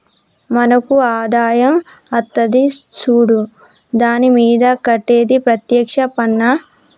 మనకు ఆదాయం అత్తది సూడు దాని మీద కట్టేది ప్రత్యేక్ష పన్నా